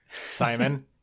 simon